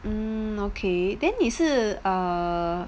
mm okay then 你是 err